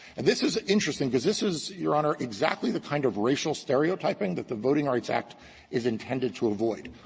and this is interesting, because this is, your honor, exactly the kind of racial stereotyping that the voting rights act is intended to avoid.